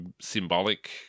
symbolic